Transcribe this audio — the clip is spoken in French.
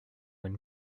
une